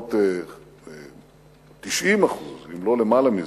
לפחות 90%, אם לא למעלה מזה,